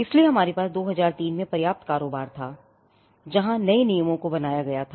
इसलिए हमारे पास 2003 में पर्याप्त कारोबार था जहां नए नियमों को बनाया गया था